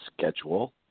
schedule